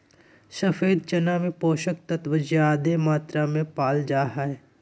सफ़ेद चना में पोषक तत्व ज्यादे मात्रा में पाल जा हइ